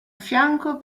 fianco